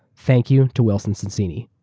thank you to wilson sonsini.